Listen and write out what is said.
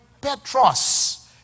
Petros